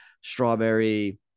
strawberry